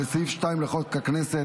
ולסעיף 2 לחוק הכנסת,